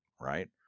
right